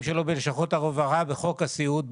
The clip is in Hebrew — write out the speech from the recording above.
שלו בלשכות הרווחה ובחוק הסיעוד,